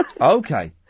Okay